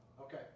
Okay